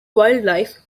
wildlife